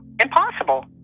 impossible